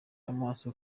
amaso